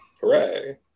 hooray